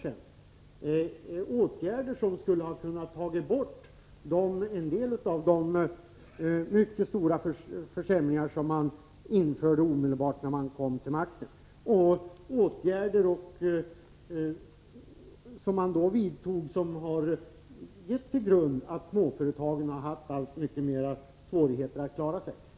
Det var åtgärder som hade kunnat innebära att en del av de mycket stora försämringar som socialdemokraterna genomförde omedelbart när de kom till makten hade borttagits. Socialdemokraterna vidtog åtgärder som har fått till följd att småföretagen har haft allt större svårigheter att klara sig.